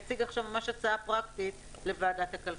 יציג עכשיו ממש הצעה פרקטית לוועדת הכלכלה.